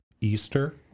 Easter